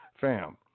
Fam